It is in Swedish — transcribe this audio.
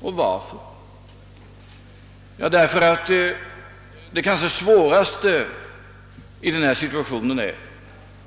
Och varför? Jo, det